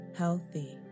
healthy